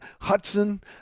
Hudson